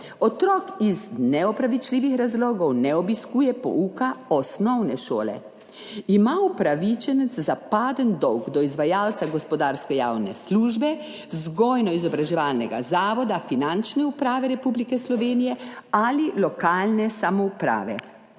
otrok iz neopravičljivih razlogov ne obiskuje pouka osnovne šole, ima upravičenec zapaden dolg do izvajalca gospodarske javne službe, vzgojno-izobraževalnega zavoda, Finančne uprave Republike Slovenije ali lokalne samouprave.